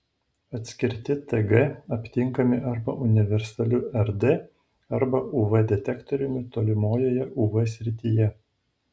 atskirti tg aptinkami arba universaliu rd arba uv detektoriumi tolimojoje uv srityje